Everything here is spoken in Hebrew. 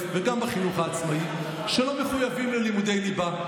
וגם בחינוך העצמאי שלא מחויבים ללימודי ליבה.